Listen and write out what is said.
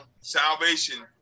salvation